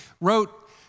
wrote